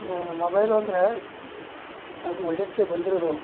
ಮೊ ಮೊಬೈಲು ಅಂದರೆ ಅದು ಒಳ್ಳೆಯದಕ್ಕೆ ಬಂದಿರೋದು